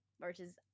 versus